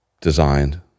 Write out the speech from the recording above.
designed